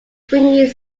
springing